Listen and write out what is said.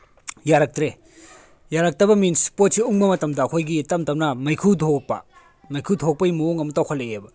ꯌꯥꯔꯛꯇ꯭ꯔꯦ ꯌꯥꯔꯛꯇꯕ ꯃꯤꯟꯁ ꯄꯣꯠꯁꯤ ꯎꯪꯕ ꯃꯇꯝꯗ ꯑꯩꯈꯣꯏꯒꯤ ꯇꯝ ꯇꯝꯅ ꯃꯩꯈꯨ ꯊꯣꯂꯛꯄ ꯃꯩꯈꯨ ꯊꯣꯛꯄꯒꯤ ꯃꯑꯣꯡ ꯑꯃ ꯇꯧꯈꯠꯂꯛꯑꯦꯕ